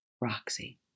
Roxy